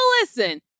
listen